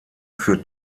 für